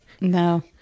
No